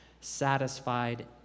satisfied